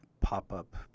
pop-up